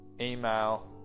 email